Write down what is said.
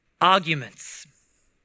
arguments